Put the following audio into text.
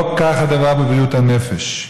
לא כך הדבר בבריאות הנפש.